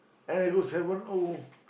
and I go seven O